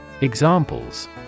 Examples